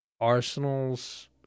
Arsenal's